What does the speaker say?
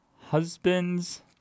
husband's